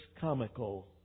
comical